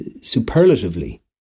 superlatively